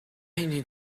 need